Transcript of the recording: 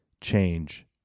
change